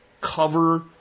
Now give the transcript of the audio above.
cover